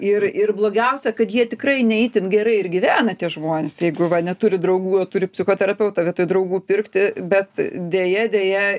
ir ir blogiausia kad jie tikrai ne itin gerai ir gyvena tie žmonės jeigu va neturi draugų o turi psichoterapeutą vietoj draugų pirkti bet deja deja